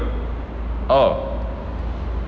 oh